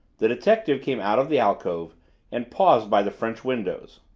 the detective came out of the alcove and paused by the french windows.